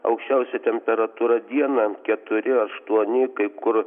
aukščiausia temperatūra dieną keturi aštuoni kai kur